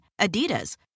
Adidas